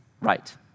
Right